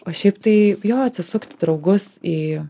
o šiaip tai jo atsisukt į draugus į